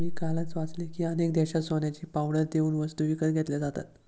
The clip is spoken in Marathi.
मी कालच वाचले की, अनेक देशांत सोन्याची पावडर देऊन वस्तू विकत घेतल्या जातात